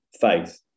faith